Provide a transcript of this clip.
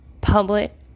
public